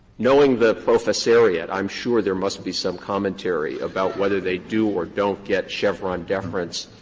knowing the professoriate, i'm sure there must be some commentary about whether they do or don't get chevron deference.